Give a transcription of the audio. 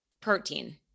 protein